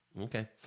Okay